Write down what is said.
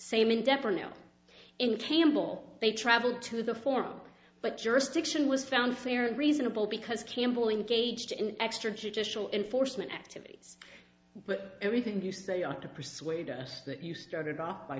same endeavor no in campbell they travelled to the form but jurisdiction was found fair and reasonable because campbell engaged in extrajudicial enforcement activities but everything you say ought to persuade us that you started off by